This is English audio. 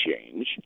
change